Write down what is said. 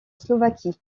slovaquie